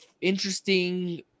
interesting